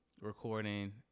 recording